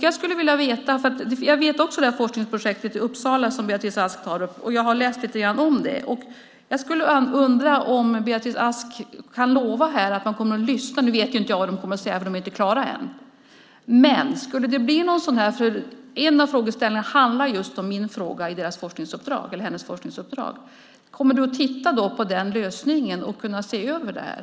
Jag känner till det forskningsprojekt i Uppsala som Beatrice Ask tar upp. Jag har läst lite grann om det. Jag undrar om Beatrice Ask kan lova att man kommer att lyssna. Jag vet ju inte vad forskarna kommer att säga, för de är inte klara än. Men en av frågeställningarna i forskningsuppdraget handlar just om min fråga. Kommer Beatrice Ask att titta på den lösningen och se över det här?